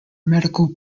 medical